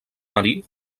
marí